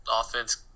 offense